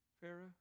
Pharaoh